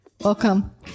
Welcome